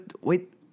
wait